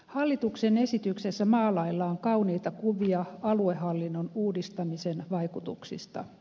hallituksen esityksessä maalaillaan kauniita kuvia aluehallinnon uudistamisen vaikutuksista